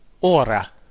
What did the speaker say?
ora